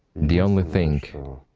the only thing.